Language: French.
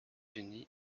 unis